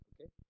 okay